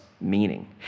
meaning